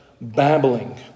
babbling